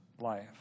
life